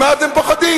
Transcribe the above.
ממה אתם פוחדים?